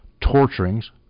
torturings